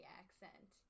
accent